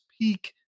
peak